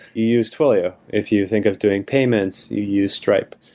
you use twilio. if you think of doing payments, you use stripe.